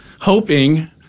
hoping